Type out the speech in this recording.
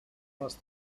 post